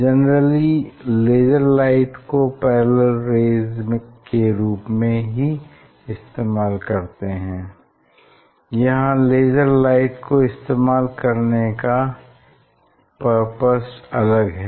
generally laser light को parallel rays के रूप में ही इस्तेमाल करते हैं यहाँ लेज़र लाइट को इस्तेमाल करने का पर्पस अलग है